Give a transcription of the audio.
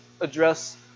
address